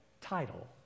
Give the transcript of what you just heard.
title